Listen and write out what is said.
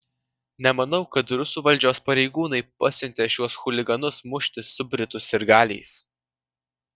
nemanau kad rusų valdžios pareigūnai pasiuntė šiuos chuliganus muštis su britų sirgaliais